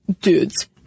dudes